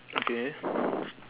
okay